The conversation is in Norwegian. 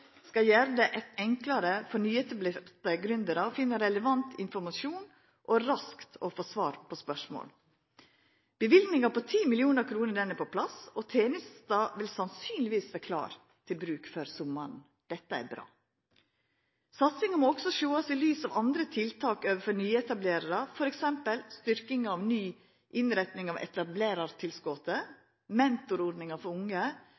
skal gjere det enklare for nyetablerte gründerar å finna relevant informasjon og raskt få svar på spørsmål. Løyvinga på 10 mill. kr er på plass, og tenesta vil sannsynlegvis vera klar til bruk før sommaren. Dette er bra. Ein må også sjå satsinga i lys av andre tiltak for nyetablerarar, f.eks. styrking av ny innretning av etablerartilskotet, mentorordninga for unge